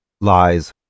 Lies